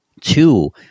Two